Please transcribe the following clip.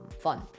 fun